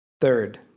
Third